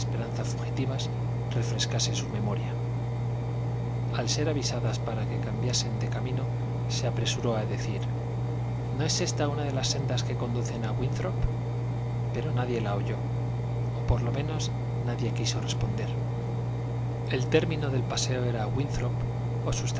esperanza fugitivas refrescase su memoria al ser avisadas para que cambiasen de camino se apresuró a decir no es ésta una de las sendas que conducen a winthrop pero nadie la oyó o por lo menos nadie quiso responder el término del paseo era winthrop o sus